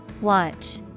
Watch